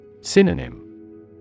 Synonym